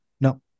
No